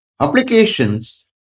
Applications